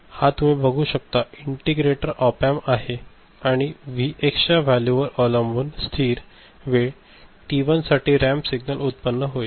हा तुम्ही बघू शकता इंटिग्रेटर ऑपअँप आहे आणि व्हीएक्स च्या वॅल्यू वर अवलंबून स्थिर वेळ टी 1 साठी रॅम्प सिग्नल उत्पन्न होईल